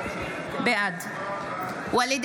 בעד ואליד